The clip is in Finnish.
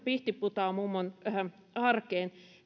pihtiputaanmummon arkeen